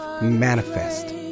Manifest